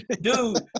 Dude